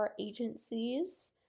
agencies